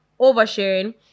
oversharing